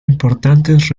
importantes